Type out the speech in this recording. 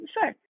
Sure